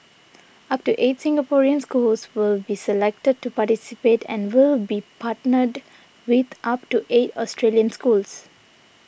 up to eight Singaporean schools will be selected to participate and will be partnered with up to eight Australian schools